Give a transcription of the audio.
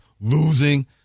losing